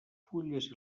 fulles